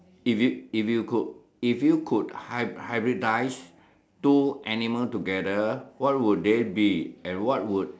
if you if you could if you could hybrid hybridise two animal together what would they be and what would